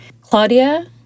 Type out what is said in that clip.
claudia